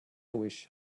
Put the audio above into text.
wish